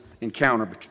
encounter